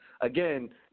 again